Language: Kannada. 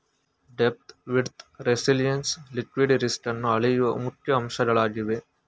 ಡೆಪ್ತ್, ವಿಡ್ತ್, ರೆಸಿಲೆಎನ್ಸ್ ಲಿಕ್ವಿಡಿ ರಿಸ್ಕನ್ನು ಅಳೆಯುವ ಮುಖ್ಯ ಅಂಶಗಳಾಗಿವೆ